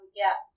yes